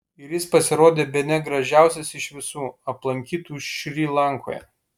ir jis pasirodė bene gražiausias iš visų aplankytų šri lankoje